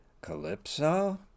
calypso